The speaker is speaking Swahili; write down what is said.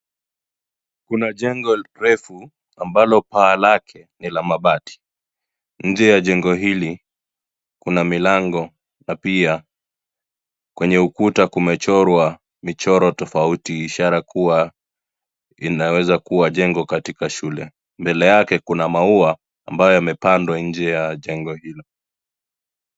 Kuna jengo refu ambalo paa lake ni la mabati . Nje ya jengo hili kuna milango na pia kwenye ukuta kumechorwa michoro tofauti ishara kuwa inaweza kuwa jengo katika shule. Mbele yake kuna maua ambayo yamepandwa nje ya jengo hilo.